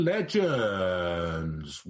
Legends